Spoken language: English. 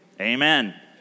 Amen